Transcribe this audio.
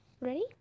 ready